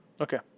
Okay